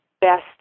best